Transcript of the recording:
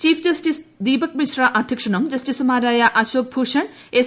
chief justice Deepak Mishra അധ്യക്ഷനും ജസ്റ്റിസുമാരായ Ashok Bhushan S